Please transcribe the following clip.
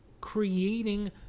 creating